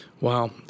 wow